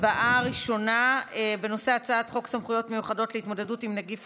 הצבעה ראשונה בנושא הצעת חוק סמכויות מיוחדות להתמודדות עם נגיף